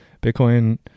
Bitcoin